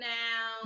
now